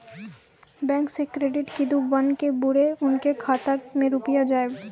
Bank से credit card बन के बुरे उनके खाता मे रुपिया जाएब?